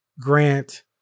Grant